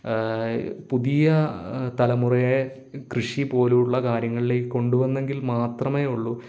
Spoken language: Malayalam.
പുതിയ തലമുറയെ കൃഷി പോലെയുള്ള കാര്യങ്ങളിലേക്ക് കൊണ്ടുവന്നെങ്കിൽ മാത്രമേയുള്ളൂ